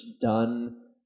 done